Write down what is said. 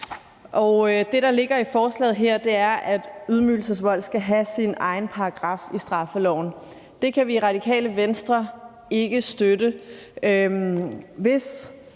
Det, der ligger i forslaget, er, at ydmygelsesvold skal have sin egen paragraf i straffeloven. Det kan vi i Radikale Venstre ikke støtte.